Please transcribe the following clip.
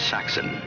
Saxon